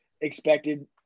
expected